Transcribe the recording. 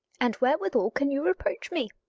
and wherewithal can you reproach me?